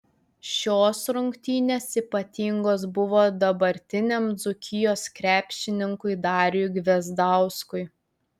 šios rungtynės ypatingos buvo dabartiniam dzūkijos krepšininkui dariui gvezdauskui